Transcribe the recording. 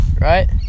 right